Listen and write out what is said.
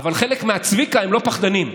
אבל חלק מהצביקה הם לא פחדנים.